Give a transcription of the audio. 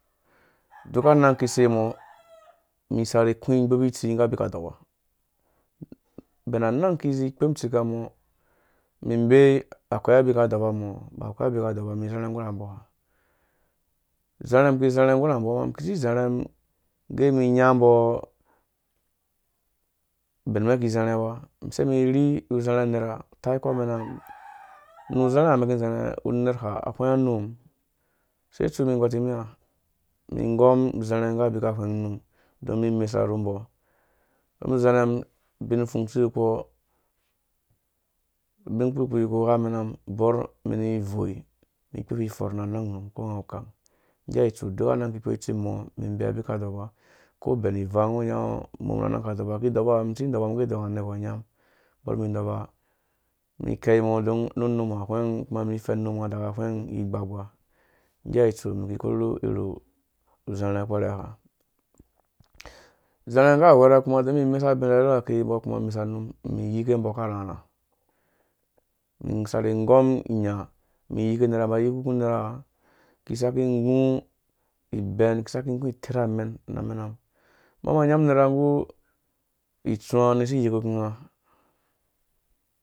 uuka anang umum iki seimɔ, umi isaki igbupitsi nggu aɔka ubɛn anang umum ĩbee akoi abika dɔsamum iki izharhe nggu rambɔ uzarha umum iki zarha nggura mbɔ iki isi izrhumuge umum inyambɔ ubɛn umɛn iki izarha uba usei umumirhi uzarha unera utaikpɔ amɛna mum nu nzarha ha umɛn iki zarha uner ha ahwɛnga unum use utsu umum igɔr timia, umum igɔm ighɛta nggu abika hwɛng umum domin mi imesa rumbɔ uzarhã mum ubin npfung, usi iwekpɔ ubin ukpurukpi iki igha amɛna mum ubɔ umɛm ivoi itiri ikpo ififɔrh ra anang unum nggea itsu uduk anan aki rakɛ ikiikpo itsim umõ ĩbee abika dɔpa uku ubɛn ivang ngui inyaɔ̃ umum nu anang aka ɔpa iki dɔpaa umum isu dɔpa ngge don anergwar anyamu ubɔrmum ĩɔpa ikosi umɔ̃ don mu unum ahweng mum ani ifɛn unum nga aaka ahweng iyi gbagba nggea itsu umin ikurhu irhu uzrha kpɛrɛ ha uzarha awerhe onmum inesa obina arhɛrhɛ yake umgɔ ukuma amesa ra umum iyike mbɔ aka rhorha umum isaki nggɔm inya umumiyike uhera iba iyi kukũ unera isaki igũ itɛnamɛn na mɛna mum ubor ĩba nyam unera nggu itsũã ni isi iyukukum nga.